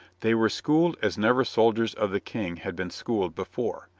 they were schooled as never soldiers of the king had been schooled before,